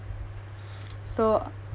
so